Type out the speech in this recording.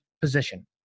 position